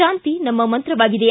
ಶಾಂತಿ ನಮ್ನ ಮಂತ್ರವಾಗಿದೆ